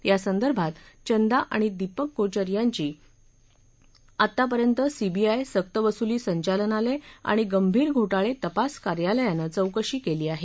यासंदर्भात चंदा आणि दिपक कोचर यांची आतापर्यंत सीमीआय सक्तवसूली संचालनालय आणि गंभीर घोटाळे तपास कार्यालयानं चौकशी केली आहे